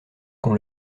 qu’on